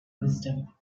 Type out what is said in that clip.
wisdom